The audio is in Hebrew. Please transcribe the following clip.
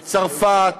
את צרפת,